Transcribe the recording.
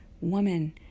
woman